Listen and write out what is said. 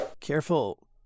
Careful